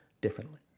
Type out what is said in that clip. differently